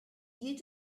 due